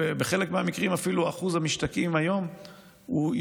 בחלק מהמקרים אפילו אחוז המשתקעים היום יותר